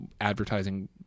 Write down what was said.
advertising